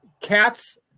cats